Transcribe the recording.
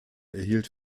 erhielt